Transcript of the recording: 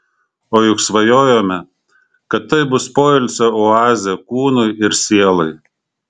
o juk svajojome kad tai bus poilsio oazė kūnui ir sielai